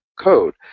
code